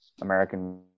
American